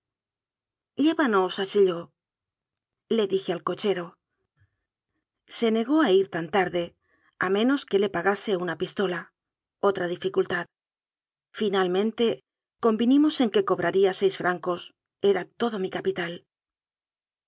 pagar llévanos a chaillotle dije al cochero se negó a ir tan tarde a menos que le pagase una pistola otra dificultad finalmente convini mos en que cobraría seis francos era todo mi ca